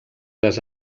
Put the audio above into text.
les